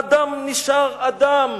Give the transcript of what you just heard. אדם נשאר אדם".